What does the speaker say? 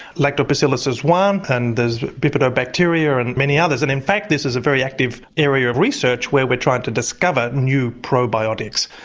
lacto bacillus is one and there's bifida bacteria and many others and in fact this is a very active area of research where we tried to discover new probiotics.